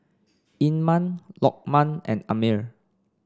Iman Lokman and Ammir